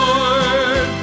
Lord